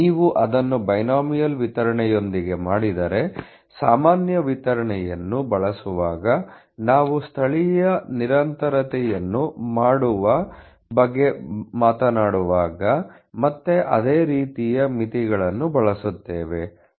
ನೀವು ಅದನ್ನು ಬೈನೋಮಿಯಲ್ ವಿತರಣೆಯೊಂದಿಗೆ ಮಾಡಿದರೆ ಸಾಮಾನ್ಯ ವಿತರಣೆಯನ್ನು ಬಳಸುವಾಗ ನಾವು ಸ್ಥಳೀಯ ನಿರಂತರತೆಯನ್ನು ಮಾಡುವ ಬಗ್ಗೆ ಮಾತನಾಡುವಾಗ ಮತ್ತೆ ಅದೇ ರೀತಿಯ ಮಿತಿಗಳನ್ನು ಬಳಸುತ್ತೇವೆ